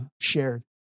shared